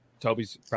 Toby's